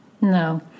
No